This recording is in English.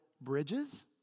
bridges